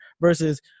versus